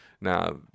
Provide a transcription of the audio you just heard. Now